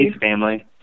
family